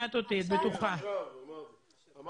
אז תודה, ואני כבר עובדת על הכתבה הבאה.